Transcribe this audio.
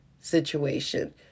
situation